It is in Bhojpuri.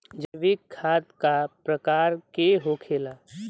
जैविक खाद का प्रकार के होखे ला?